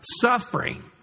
suffering